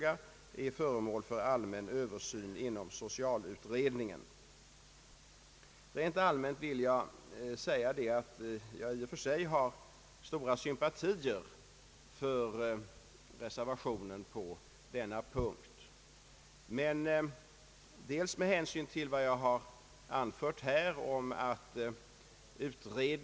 En ledamot har emellertid hävdat att det obligatoriska barnavårdsmannaskapet för barn utom äktenskap innebär en inte önskvärd särbehandling av och ett opåkallat förmynderskap för sådana barn. Även i övrigt anses barnavårdsmannainstitutionen vara föråldrad. Barnavårdsmannainstitutionen bör därför avskaffas och ansvaret för att utomäktenskapliga barns börd fastställs överflyttas till barnavårdsnämnden.